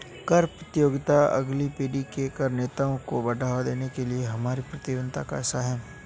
कर प्रतियोगिता अगली पीढ़ी के कर नेताओं को बढ़ावा देने के लिए हमारी प्रतिबद्धता का हिस्सा है